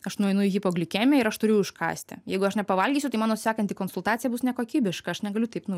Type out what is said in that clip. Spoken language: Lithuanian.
aš nueinu į hipoglikemiją ir aš turiu užkąsti jeigu aš nepavalgysiu tai mano sekanti konsultacija bus nekokybiška aš negaliu taip nu